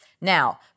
Now